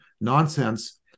nonsense